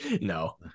No